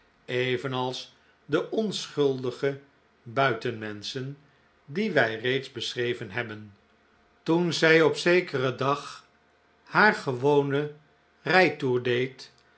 evenals de onschuldige buitenmenschen die wij reeds beschreven hebben toen zij op zekeren dag haar gewonen rijtoer deed